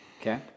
Okay